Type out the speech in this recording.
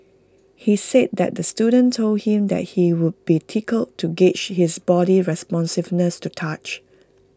he said that the student told him that he would be tickled to gauge his body's responsiveness to touch